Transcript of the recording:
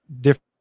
different